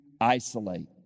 isolate